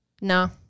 no